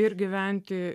ir gyventi